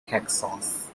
texas